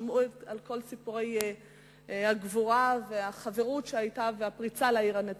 שמעו את כל סיפורי הגבורה והחברות שהיתה ועל הפריצה לעיר הנצורה.